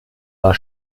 war